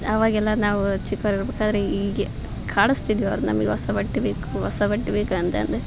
ಅವಾಗೆಲ್ಲ ನಾವು ಚಿಕ್ಕವ್ರು ಇರ್ಬೇಕಾದರೆ ಹೀಗೆ ಕಾಡಸ್ತಿದ್ವಿ ಅವ್ರನ್ನ ನಮ್ಗೆ ಹೊಸ ಬಟ್ಟೆ ಬೇಕು ಹೊಸ ಬಟ್ಟೆ ಬೇಕು ಅಂತಂದು